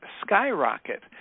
skyrocket